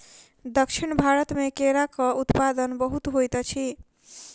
दक्षिण भारत मे केराक उत्पादन बहुत होइत अछि